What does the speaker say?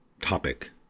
topic